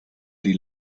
die